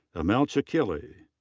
um amel chekili.